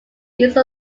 use